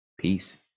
peace